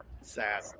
Sad